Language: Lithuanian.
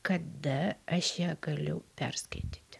kada aš ją galiu perskaityt